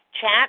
chat